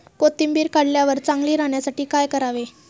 कोथिंबीर काढल्यावर चांगली राहण्यासाठी काय करावे?